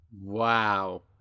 Wow